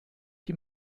die